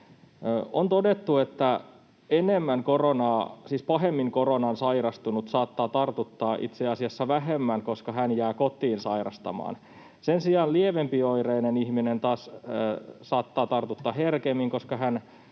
On todettu, että pahemmin koronaan sairastunut saattaa tartuttaa itse asiassa vähemmän, koska hän jää kotiin sairastamaan. Sen sijaan lievempioireinen ihminen saattaa tartuttaa herkemmin, koska hän